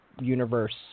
universe